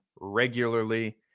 regularly